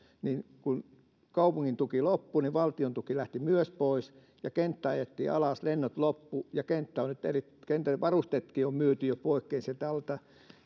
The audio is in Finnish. ja kun kaupungin tuki loppui niin myös valtion tuki lähti pois ja kenttä ajettiin alas lennot loppuivat ja kentän varusteetkin on nyt jo myyty poikkeen